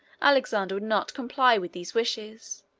alexander would not comply with these wishes,